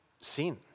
sin